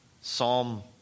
Psalm